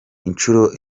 inshuro